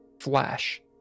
flash